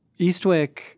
Eastwick